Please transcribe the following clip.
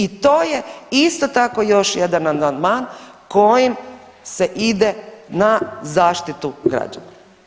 I to je isto tako još jedan amandman kojim se ide na zaštitu građana.